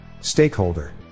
Stakeholder